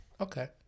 Okay